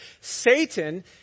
Satan